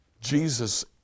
Jesus